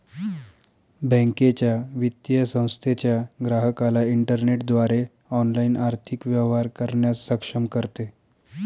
बँकेच्या, वित्तीय संस्थेच्या ग्राहकाला इंटरनेटद्वारे ऑनलाइन आर्थिक व्यवहार करण्यास सक्षम करते